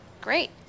great